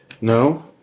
No